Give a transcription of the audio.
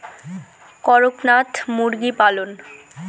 করকনাথ মুরগি পালন?